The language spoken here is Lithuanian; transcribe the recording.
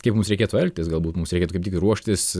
kaip mums reikėtų elgtis galbūt mums reikėtų kaip tik ruoštis